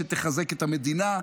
שתחזק את המדינה,